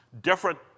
different